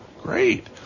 Great